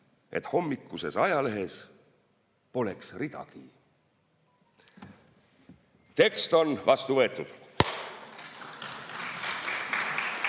et hommikuses ajalehes poleks ridagi. Tekst on vastu võetud.